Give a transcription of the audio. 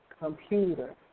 computer